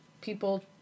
people